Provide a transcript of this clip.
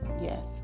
Yes